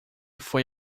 foi